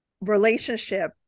relationship